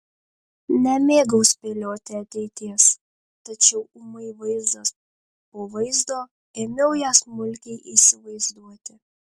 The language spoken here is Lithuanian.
nemėgau spėlioti ateities tačiau ūmai vaizdas po vaizdo ėmiau ją smulkiai įsivaizduoti